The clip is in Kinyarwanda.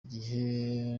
igihe